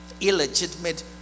Illegitimate